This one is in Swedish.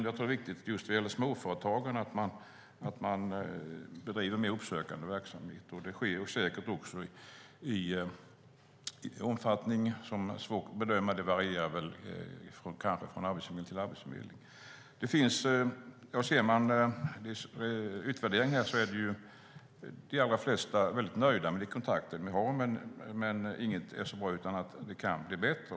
Jag tror att det är viktigt att Arbetsförmedlingen bedriver mer uppsökande verksamhet just vad gäller småföretagarna. Det sker säkert också, men i en omfattning som är svår att bedöma. Det varierar kanske från arbetsförmedling till arbetsförmedling. Enligt utvärderingarna är de allra flesta nöjda med de kontakter de har, men inget är så bra att det inte kan bli bättre.